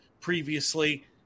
previously